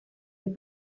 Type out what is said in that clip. des